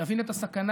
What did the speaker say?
להבין את הסכנה